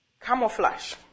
Camouflage